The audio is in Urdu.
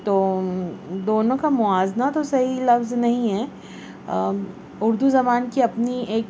تو دونوں کا موازنہ تو صحیح لفظ نہیں ہے اردو زبان کی اپنی ایک